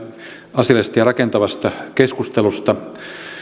asiallisesta ja rakentavasta keskustelusta